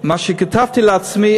מה שכתבתי לעצמי,